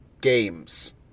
Games